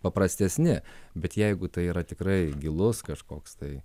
paprastesni bet jeigu tai yra tikrai gilus kažkoks tai